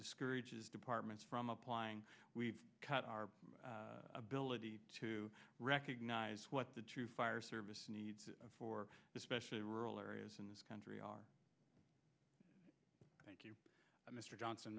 discourages departments from applying we've cut our ability to recognize what the true fire service needs for especially in rural areas in this country are thank you mr johnson